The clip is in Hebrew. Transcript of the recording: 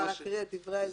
זה לא מה ש-(ג) אומר.